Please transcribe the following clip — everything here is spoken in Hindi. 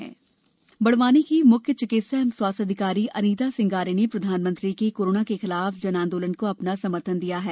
जन आंदोलन बड़वानी की म्ख्य चिकित्सा एंव स्वास्थ्य अधिकारी अनीता सिंगारे ने प्रधानमंत्री के कोरोना के खिलाफ जन आंदोलन को अपना समर्थन दिया है